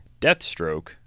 Deathstroke